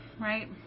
right